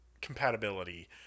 compatibility